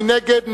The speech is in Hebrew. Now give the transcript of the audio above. מי נגד?